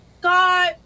God